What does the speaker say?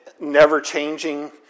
never-changing